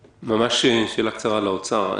שאלה קצרה למשרד האוצר.